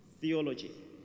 theology